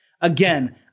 Again